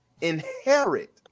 inherit